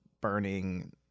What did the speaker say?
burning